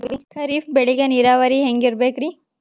ಖರೀಫ್ ಬೇಳಿಗ ನೀರಾವರಿ ಹ್ಯಾಂಗ್ ಇರ್ಬೇಕರಿ?